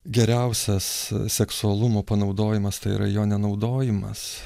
geriausias seksualumo panaudojimas tai yra jo nenaudojimas